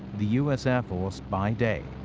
the u s. air force by day.